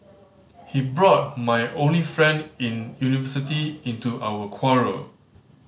he brought my only friend in university into our quarrel